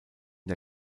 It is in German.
der